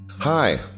Hi